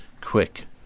quick